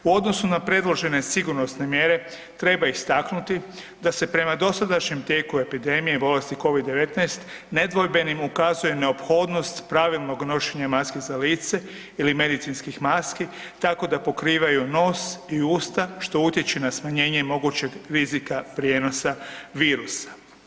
U odnosu na predložene sigurnosne mjere, treba istaknuti da se prema dosadašnjem tijeku epidemije bolesti Covid-19 nedvojbenim ukazuje neophodnost pravilnog nošenja maske za lice ili medicinskih maski tako da pokrivaju nos i usta, što utječe na smanjenje mogućeg rizika prijenosa virusa.